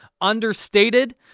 Understated